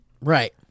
Right